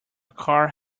car